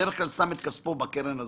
בדרך כלל שם את כספו בקרן הזו.